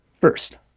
first